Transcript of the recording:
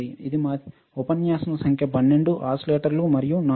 ఇది మా ఉపన్యాసం సంఖ్య 12 ఓసిలేటర్లు మరియు నాయిస్